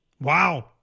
Wow